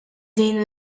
din